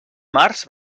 març